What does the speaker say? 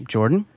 Jordan